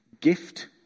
gift